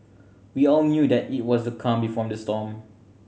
we all knew that it was the calm before the storm